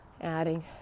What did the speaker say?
adding